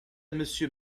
monsieur